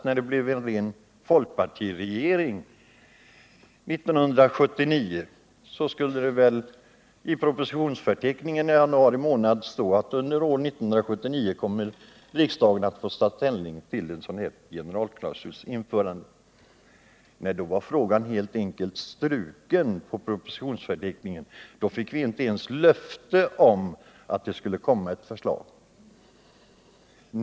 När det blev en ren folkpartiregering förväntade vi oss naturligtvis att det i propositionsförteckningen i januari månad 1979 skulle stå att riksdagen under år 1979 skulle få ta ställning till införandet av en sådan här klausul. Men nej, då var frågan helt enkelt struken från propositionsförteckningen. Då fick vi inte ens löfte om att det skulle komma ett förslag.